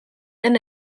den